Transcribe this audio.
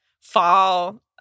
fall